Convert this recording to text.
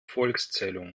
volkszählung